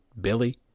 Billy